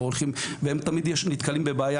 והם תמיד נתקלים בבעיה